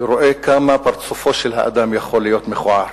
ורואה כמה פרצופו של האדם יכול להיות מכוער,